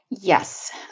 Yes